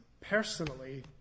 personally